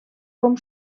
com